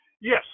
Yes